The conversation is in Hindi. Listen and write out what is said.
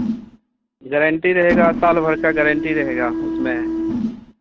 गैरेंटी रहेगा साल भर का गैरेंटी रहेगा उसमें